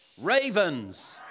Ravens